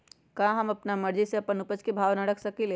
का हम अपना मर्जी से अपना उपज के भाव न रख सकींले?